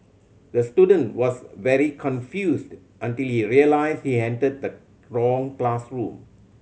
the student was very confused until he realised he entered the wrong classroom